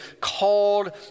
called